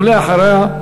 ואחריה,